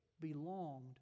belonged